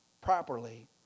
properly